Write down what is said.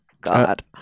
God